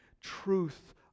truth